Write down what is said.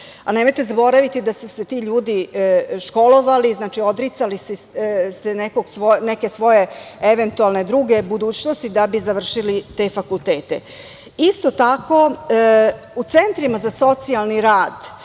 Nemojte zaboraviti da su se ti ljudi školovali, odricali se neke svoje druge budućnosti, da bi završili te fakultete. Isto tako, u centrima za socijalni rad,